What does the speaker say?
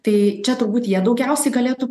tai čia turbūt jie daugiausiai galėtų